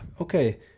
Okay